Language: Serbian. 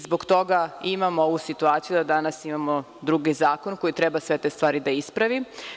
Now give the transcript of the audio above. Zbog toga imamo ovu situaciju da danas imamo drugi zakon koji treba sve te stvari da ispravi.